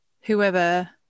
whoever